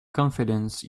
confidence